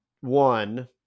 one